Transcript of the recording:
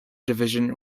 division